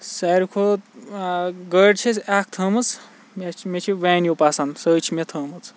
سٲری کھۄتہٕ گٲڑ چھِ اَسہِ اَکھ تھٔمٕژ مےٚ مےٚ چھِ وینِو پَسَنٛد سۄے چھِ مےٚ تھٔمٕژ